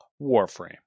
Warframe